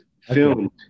filmed